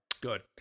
Good